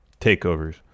takeovers